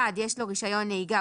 יש לו רישיון נהיגה,